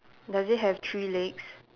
does it have three legs